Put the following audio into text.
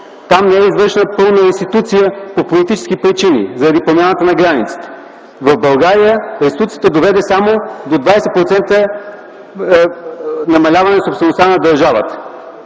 там не е извършена пълна реституция по политически причини заради промяната на границата. В България реституцията доведе само до 20% намаляване собствеността на държавата